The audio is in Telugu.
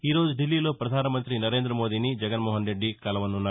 ఈరోజు ఢిల్లీలో ప్రధానమంత్రి నరేంద్రమోదీని జగన్మోహన్ రెడ్డి కలవనున్నారు